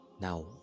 Now